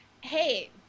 Hey